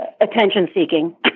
attention-seeking